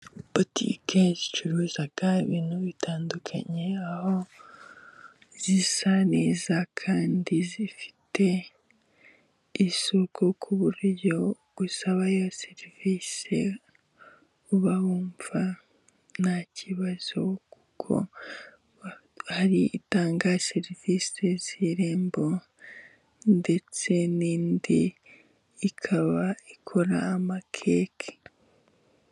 Butike icuruza ibintu bitandukanye, aho zisa neza kandi zifite isuku, ku buryo usabayo serivisi, uba wumva nta kibazo, kuko hari itanga serivisi z'irembo, ndetse n'indi ikaba ikora amakeke.